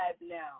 now